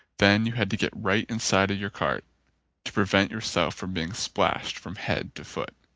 then you had to get right inside your cart to prevent yourself from being splashed from head to foot.